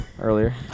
earlier